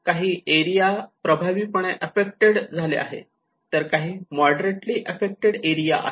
काही एरिया प्रभावीपणे आफ्फेक्टेड झाले आहेत तर काही मॉडरेटली आफ्फेक्टेड एरिया आहेत